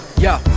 yo